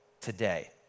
today